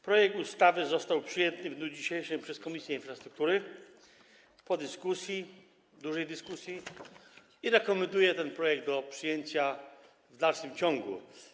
Projekt ustawy został przyjęty w dniu dzisiejszym przez Komisję Infrastruktury po dyskusji, dużej dyskusji, i rekomenduje ten projekt do przyjęcia w dalszym ciągu.